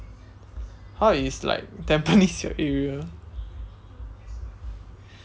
how is like tampines your area